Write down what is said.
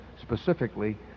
specifically